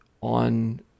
on